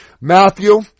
Matthew